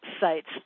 sites